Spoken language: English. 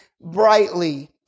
brightly